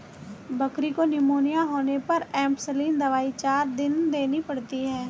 बकरी को निमोनिया होने पर एंपसलीन दवाई चार दिन देनी पड़ती है